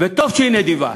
וטוב שהיא נדיבה